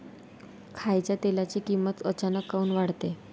खाच्या तेलाची किमत अचानक काऊन वाढते?